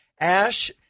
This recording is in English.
Ash